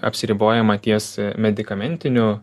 apsiribojama ties medikamentiniu